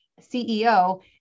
CEO